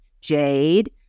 Jade